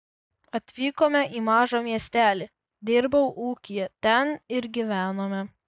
atvykome į mažą miestelį dirbau ūkyje ten ir gyvenome